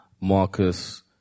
Marcus